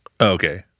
Okay